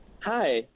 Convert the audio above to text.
Hi